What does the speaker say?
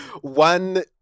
one